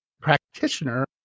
practitioner